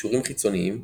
קישורים חיצוניים